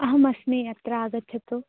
अहमस्मि अत्र आगच्छतु